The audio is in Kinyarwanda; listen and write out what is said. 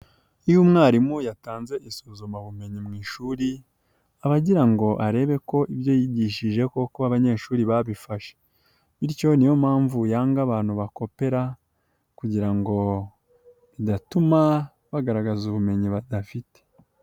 Iyo umwarimu yatanze isuzumabumenyi mu ishuri abagira ngo arebe ko ibyo yigishije kuko abanyeshuri babifashe bityo niyo mpamvu yanga abantu bakomera kugira ngo bidatuma bagaragaza ubumenyi badafite.